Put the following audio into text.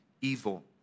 evil